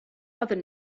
other